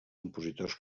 compositors